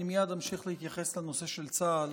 אני מייד אמשיך להתייחס לנושא של צה"ל.